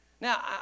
Now